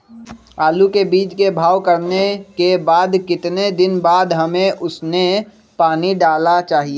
आलू के बीज के भाव करने के बाद कितने दिन बाद हमें उसने पानी डाला चाहिए?